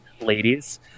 Ladies